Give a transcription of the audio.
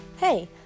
Hey